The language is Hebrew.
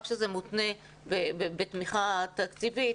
רק כשזה מותנה בתמיכה תקציבית,